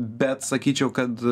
bet sakyčiau kad